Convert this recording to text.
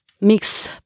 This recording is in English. mix